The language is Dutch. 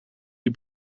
die